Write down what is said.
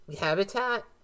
habitat